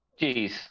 Jeez